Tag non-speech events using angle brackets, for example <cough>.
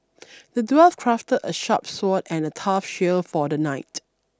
<noise> the dwarf crafted a sharp sword and a tough shield for the knight